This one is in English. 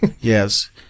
Yes